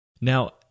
Now